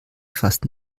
fast